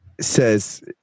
says